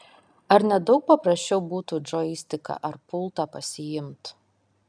ar ne daug paprasčiau būtų džoistiką ar pultą pasiimt